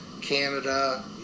Canada